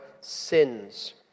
sins